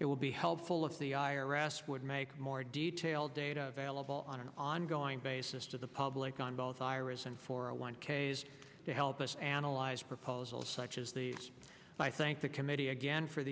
it will be helpful if the i r s would make more detailed data available on an ongoing basis to the public on both iras and four a one k s to help us analyze proposals such as these i think the committee again for the